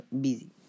Busy